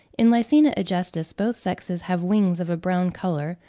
in lycaena agestis both sexes have wings of a brown colour,